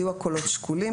היו הקולות שקולים,